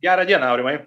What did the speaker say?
gerą dieną aurimai